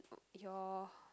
your